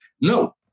No